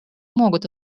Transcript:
могут